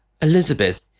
Elizabeth